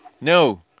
no